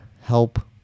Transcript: help